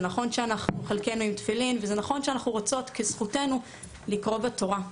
זה נכון שחלקנו עם תפילין ונכון שאנחנו רוצות לקרוא בתורה כי זו זכותנו.